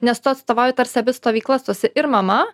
nes tu atstovauji tarsi abi stovyklas tu esi ir mama